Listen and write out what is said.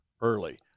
early